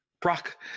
Brock